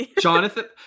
Jonathan